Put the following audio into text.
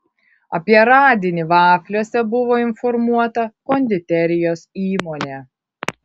apie radinį vafliuose buvo informuota konditerijos įmonė